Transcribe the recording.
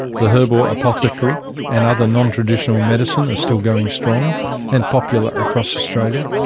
the herbal apothecary and other non-traditional medicine are still going strong and popular across australia,